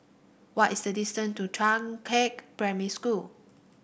what is the distance to Changkat Primary School